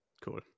cool